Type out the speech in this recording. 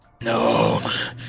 no